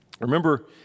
Remember